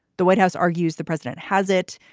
the white house argues the president has it.